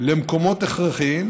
במקומות הכרחיים,